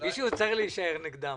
מישהו צריך להישאר נגדם...